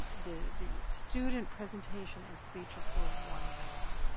the the student presentation and speeches were wonderful.